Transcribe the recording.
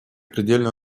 предельную